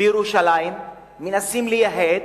בירושלים, מנסים לייהד,